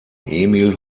emil